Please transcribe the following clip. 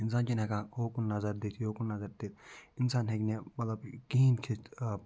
اِنسان چھِنہٕ ہٮ۪کان ہوکُن نظر دِتھ یوکُن نظر دِتھ اِنسان ہٮ۪کہِ نہِ مطلب کِہیٖنۍ کھٮ۪تھ